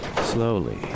Slowly